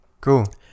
Cool